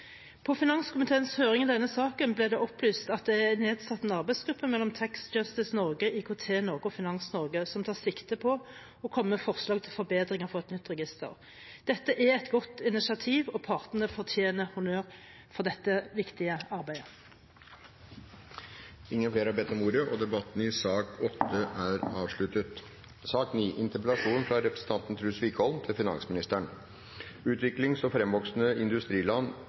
På finanskomiteens høring i denne saken ble det opplyst at det er nedsatt en arbeidsgruppe i samarbeid mellom Tax Justice Network Norge, IKT-Norge og Finans Norge, som tar sikte på å komme med forslag med forbedringer for et nytt register. Dette er et godt initiativ, og partene fortjener honnør for dette viktige arbeidet. Flere har ikke bedt om ordet til sak nr. 8. Utviklings- og